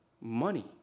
money